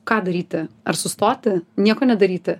ką daryti ar sustoti nieko nedaryti